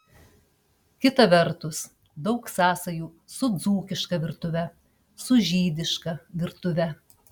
kita vertus daug sąsajų su dzūkiška virtuve su žydiška virtuve